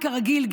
כרגיל,